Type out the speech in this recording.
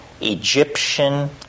Egyptian